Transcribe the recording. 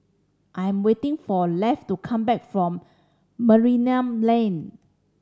I am waiting for Lafe to come back from Merlimau Lane